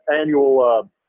annual